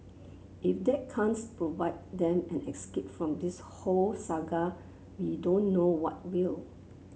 if that can't provide them an escape from this whole saga we don't know what will